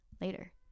later